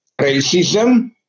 racism